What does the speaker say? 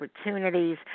opportunities